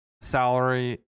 salary